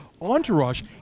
entourage